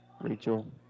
Rachel